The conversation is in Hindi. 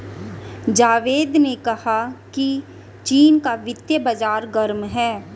जावेद ने कहा कि चीन का वित्तीय बाजार गर्म है